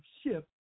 ship